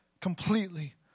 completely